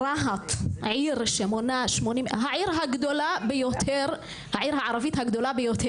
רהט - העיר הערבית הגדולה ביותר מבחינת